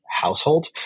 household